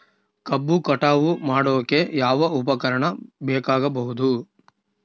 ಕಬ್ಬು ಕಟಾವು ಮಾಡೋಕೆ ಯಾವ ಉಪಕರಣ ಬೇಕಾಗಬಹುದು?